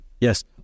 Yes